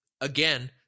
again